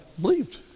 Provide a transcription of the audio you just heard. believed